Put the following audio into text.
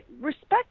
respect